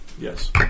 Yes